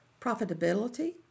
profitability